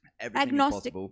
agnostic